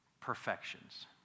perfections